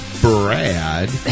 Brad